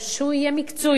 שיהיה מקצועי,